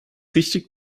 richtig